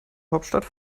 hauptstadt